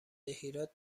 هیراد